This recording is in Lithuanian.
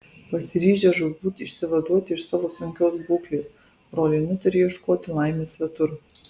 pasiryžę žūtbūt išsivaduoti iš savo sunkios būklės broliai nutarė ieškoti laimės svetur